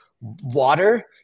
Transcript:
water